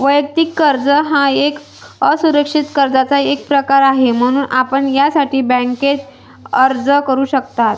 वैयक्तिक कर्ज हा एक असुरक्षित कर्जाचा एक प्रकार आहे, म्हणून आपण यासाठी बँकेत अर्ज करू शकता